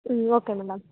ಹ್ಞೂ okay madam